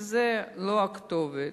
וזו לא הכתובת.